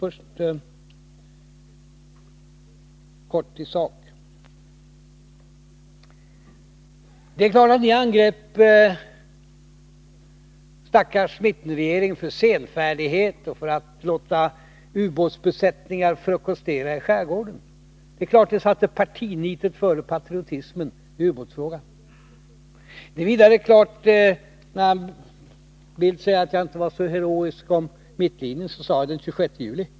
Först kort i sak: Det är klart att ni angriper stackars mittenregeringen för senfärdighet och för att låta ubåtsbesättningar frukostera i skärgården. Det är klart att moderaterna satte partinitet före patriotismen i ubåtsfrågan. Carl Bildt säger att jag inte var så vidare heroisk i fråga om mittlinjen. Men jag uttalade mig den 26 juli.